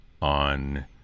on